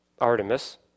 Artemis